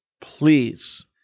please